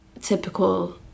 typical